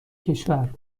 کشور